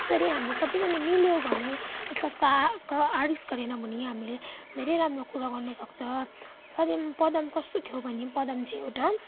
त्यसरी हामी सबैजना मिल्यौँ भने एकाअर्काका आह्रिस गरेनौँ भने हामीले धेरै राम्रो कुरा गर्नुसक्छ पदम कस्तो थियो भने पदम चाहिँ एउटा